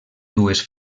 dues